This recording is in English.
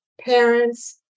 parents